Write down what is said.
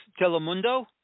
Telemundo